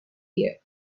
year